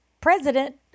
President